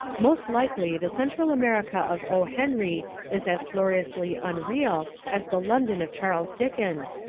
most likely the central america of o. henry is as gloriously unreal as the london of charles dickens,